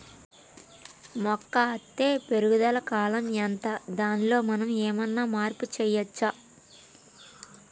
మొక్క అత్తే పెరుగుదల కాలం ఎంత దానిలో మనం ఏమన్నా మార్పు చేయచ్చా?